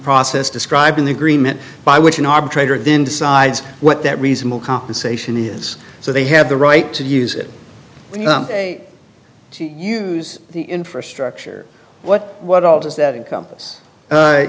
process described in the agreement by which an arbitrator then decides what that reasonable compensation is so they have the right to use it to use the infrastructure what what all does that encom